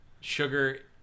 sugar